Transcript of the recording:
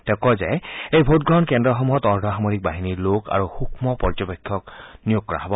তেওঁ কয় যে এই ভোটগ্ৰহণ কেন্দ্ৰসমূহত অৰ্ধ সামৰিক বাহিনীৰ লোক আৰু সুক্ষ্ম পৰ্যবেক্ষক নিয়োগ কৰা হ'ব